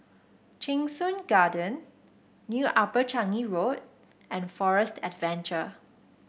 Cheng Soon Garden New Upper Changi Road and Forest Adventure